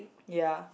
ya